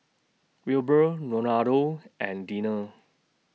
Wilbur Ronaldo and Deana